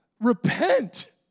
repent